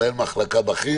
מנהל מחלקה בכיר,